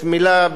מלה ברשותך.